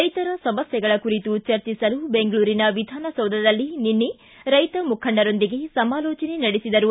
ರೈತರ ಸಮಸ್ಥೆಗಳ ಕುರಿತು ಚರ್ಚಿಸಲು ಬೆಂಗಳೂರಿನ ವಿಧಾನಸೌಧದಲ್ಲಿ ನಿನ್ನೆ ರೈತ ಮುಖಂಡರೊಂದಿಗೆ ಸಮಾಲೋಚನೆ ನಡೆಸಿದರು